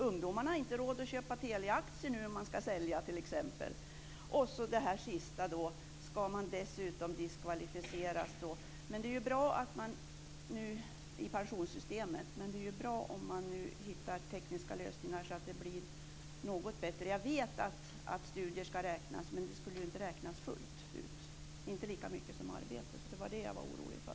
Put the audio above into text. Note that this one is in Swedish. Ungdomarna har inte råd att köpa Teliaaktier nu om man skall sälja dem. Till sist skall man dessutom diskvalificeras i pensionssystemet också. Men det är bra om man kan hitta tekniska lösningar så att det blir något bättre. Jag vet att studier skall räknas, men inte fullt ut. Det skall inte vara lika mycket värt som arbete. Det var detta jag var orolig för.